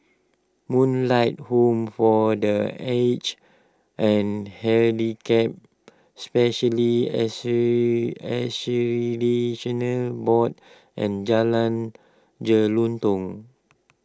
Moonlight Home for the Aged and Handicapped Specialists Board and Jalan Jelutong